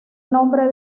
nombre